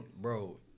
bro